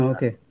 Okay